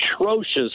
atrocious